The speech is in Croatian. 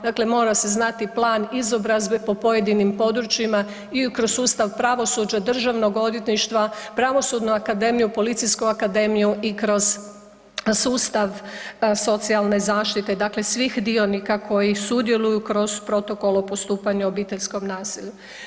Dakle, mora se znati plan izobrazbe po pojedinim područjima i kroz sustav pravosuđa DORH-a, Pravosudnu akademiju, Policijsku akademiju i kroz sustav socijalne zaštite, dakle svih dionika koji sudjeluju kroz Protokol o postupanju u obiteljskom nasilju.